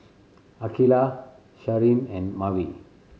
Akeelah Sharen and Maeve